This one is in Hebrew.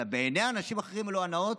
אלא בעיני אנשים אחרים אלו הנאות,